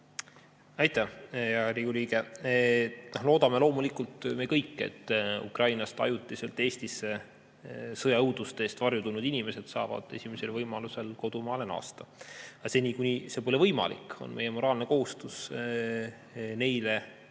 Aitäh, Riigikogu liige! Me loodame loomulikult kõik, et Ukrainast ajutiselt Eestisse sõjaõuduste eest varju tulnud inimesed saavad esimesel võimalusel kodumaale naasta. Aga seni, kuni see pole võimalik, on meie moraalne kohustus neile